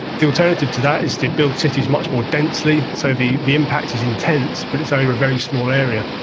the alternative to that is to build cities much more densely so the the impact is intense but it's over a very small area.